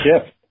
shift